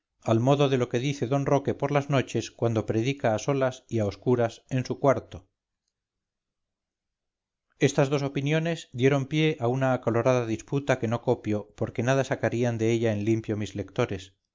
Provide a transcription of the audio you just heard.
al modo de lo que dice d roque por las noches cuando predica a solas y a oscuras en su cuarto estas dos opiniones dieron pie a una acalorada disputa que no copio porque nada sacarían de ella en limpio mis lectores